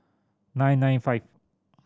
nine nine five